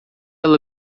ela